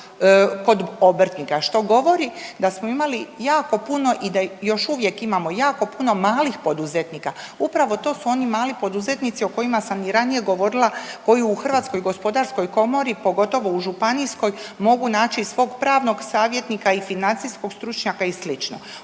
kod obrtnika, što govori da smo imali jako puno i da još uvijek imamo jako puno malih poduzetnika. Upravo to su oni mali poduzetnici o kojima sam i ranije govorila, koji u HGK, pogotovo u županijskoj, mogu naći svog pravnog savjetnika i financijskog stručnjaka i